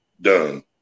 done